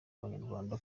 banyarwanda